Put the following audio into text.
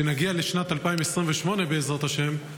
כשנגיע לשנת 2028 בעזרת השם,